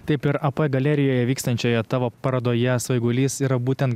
taip ir ap galerijoje vykstančioje tavo parodoje svaigulys yra būtent